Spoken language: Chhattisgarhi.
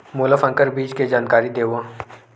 मोला संकर बीज के जानकारी देवो?